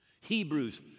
Hebrews